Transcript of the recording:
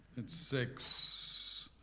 and six,